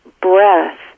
breath